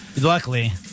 Luckily